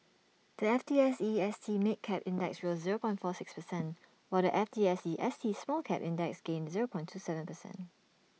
the F T S E S T mid cap index rose zero point four six percent while the F T S E S T small cap index gained zero point two Seven percent